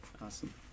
Awesome